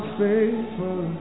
faithful